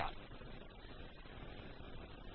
4